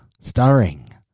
Starring